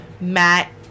Matt